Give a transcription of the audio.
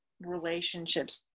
relationships